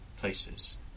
places